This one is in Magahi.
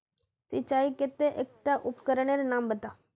सिंचाईर केते एकटा उपकरनेर नाम बता?